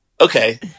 Okay